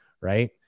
right